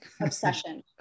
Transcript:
obsession